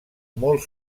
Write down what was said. molt